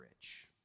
rich